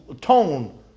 tone